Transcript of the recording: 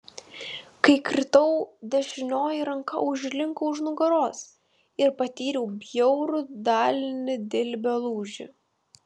kai kritau dešinioji ranka užlinko už nugaros ir patyriau bjaurų dalinį dilbio lūžį